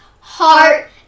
heart